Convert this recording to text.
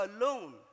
alone